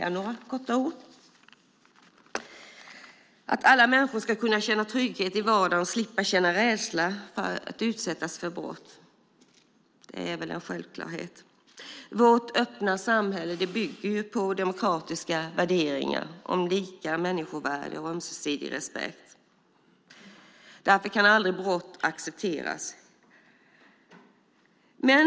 Att alla människor ska kunna känna trygghet i vardagen och slippa känna rädsla för att utsättas för brott är en självklarhet. Vårt öppna samhälle bygger på demokratiska värderingar om lika människovärde och ömsesidig respekt. Därför kan brott aldrig accepteras.